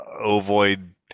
Ovoid